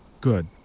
Good